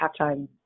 halftime